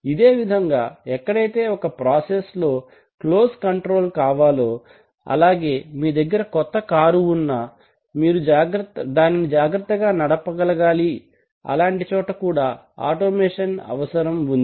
ఇదే విధముగా ఎక్కడైతే ఒక ప్రాసెస్ లో క్లోజ్ కంట్రోల్ కావాలో అలాగే మీ దగ్గర కొత్త కారు ఉన్నా మీరు దానిని జాగ్రత్తగా నడపగలగాలి అలాంటి చోట కూడా ఆటోమేషన్ అవసరం ఉంది